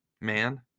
Man